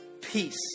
peace